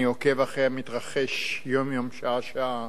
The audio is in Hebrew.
אני עוקב אחרי המתרחש יום-יום, שעה-שעה.